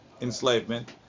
enslavement